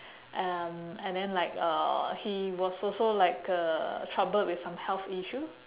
and and then like uh he was also like uh troubled with some health issue